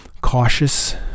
cautious